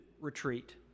Retreat